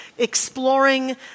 exploring